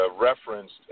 referenced